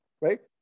right